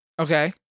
Okay